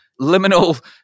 liminal